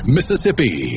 Mississippi